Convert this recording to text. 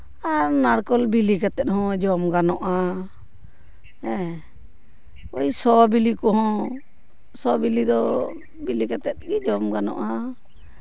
ᱟᱨ ᱱᱟᱲᱠᱳᱞ ᱵᱤᱞᱤ ᱠᱟᱛᱮᱜ ᱦᱚᱸ ᱡᱚᱢ ᱜᱟᱱᱚᱜᱼᱟ ᱳᱭ ᱥᱚ ᱵᱤᱞᱤ ᱠᱚᱦᱚᱸ ᱥᱚ ᱵᱤᱞᱤ ᱫᱚ ᱵᱤᱞᱤ ᱠᱟᱛᱮᱜ ᱜᱮ ᱡᱚᱢ ᱜᱟᱱᱚᱜᱼᱟ